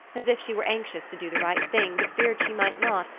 as if she were anxious to do the right thing, but feared she might not,